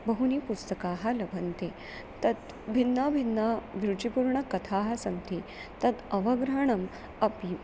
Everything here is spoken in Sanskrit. बहूनि पुस्तकानि लभ्यन्ते तत् भिन्नभिन्नाः रुचिपूर्णकथाः सन्ति तत् अवग्रहणम् अपि